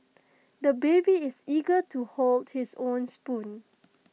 the baby is eager to hold his own spoon